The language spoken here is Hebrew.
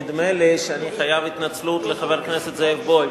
נדמה לי שאני חייב התנצלות לחבר הכנסת זאב בוים,